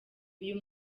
uyu